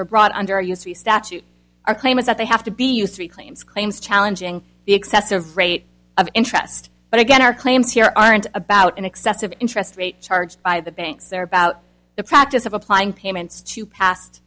or brought under used the statute our claim is that they have to be used to the claims claims challenging the excessive rate of interest but again our claims here aren't about an excessive interest rate charged by the banks they're about the practice of applying payments to past